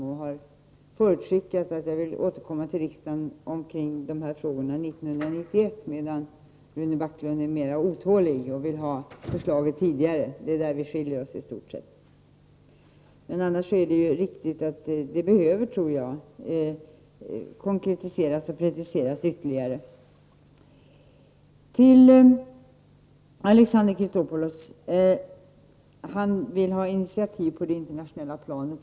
Jag har dessutom förutskickat att jag vill återkomma till riksdagen i dessa frågor 1991. Rune Backlund är dock mera otålig och vill ha ett förslag tidigare. I stort sett är det detta som är skillnaden mellan våra uppfattningar. Annars är det riktigt att det nog behövs ytterligare konkretiseringar och preciseringar. Alexander Chrisopoulos efterlyser initiativ på det internationella planet.